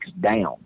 down